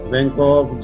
Bangkok